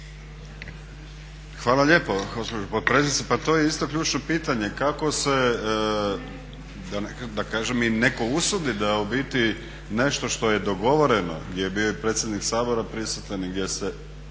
Hvala lijepo gospođo potpredsjednice. Pa to je isto ključno pitanje kako se da kažem netko i usudi da u biti nešto što je dogovoreno, gdje je bio i predsjednik Sabora prisutan i gdje su